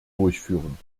durchführen